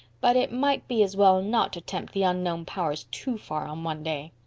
but it might be as well not to tempt the unknown powers too far on one day.